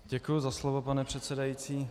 Děkuji za slovo, pane předsedající.